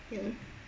ya